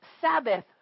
Sabbath